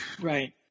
Right